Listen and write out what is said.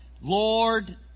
Lord